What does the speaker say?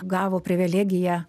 gavo privilegiją